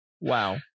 Wow